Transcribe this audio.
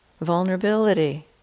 Vulnerability